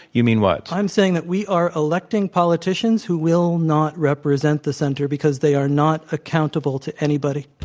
you mean what? i am saying that we are electing politicians who will not represent the center because they are not accountable to anybody.